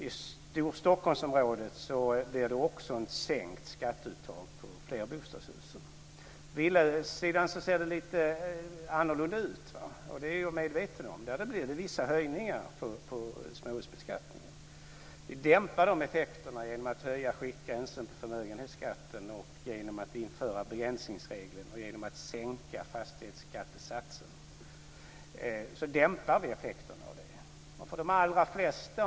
I Storstockholmsområdet blir det också ett sänkt skatteuttag på flerbostadshusen. På villasidan ser det lite annorlunda ut. Det är jag medveten om. Där blir det vissa höjningar av småhusbeskattningen. Vi dämpar de effekterna genom att höja skiktgränsen för förmögenhetsskatten, genom att införa begränsningsregeln och genom att sänka fastighetsskattesatsen.